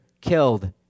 killed